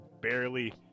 barely